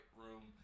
room